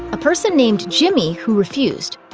a person named jimmy, who refused.